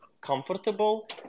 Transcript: comfortable